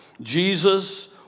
Jesus